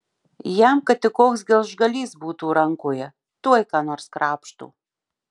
jam kad tik koks gelžgalys būtų rankoje tuoj ką nors krapšto